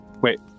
Wait